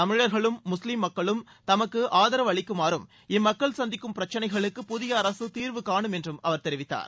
தமிழர்களும் முஸ்லீம் மக்களும் தமக்கு ஆதரவு அளிக்குமாறும் இம்மக்கள் சந்திக்கும் பிரச்சினைகளுக்கு புதிய அரசு தீர்வுகாணும் என்றும் அவர் தெரிவித்தார்